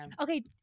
okay